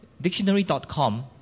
Dictionary.com